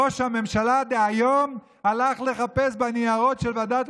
ראש הממשלה דהיום הלך לחפש בניירות של ועדת